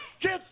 kids